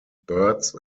birds